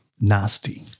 nasty